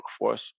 workforce